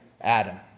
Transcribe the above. Adam